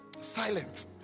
silent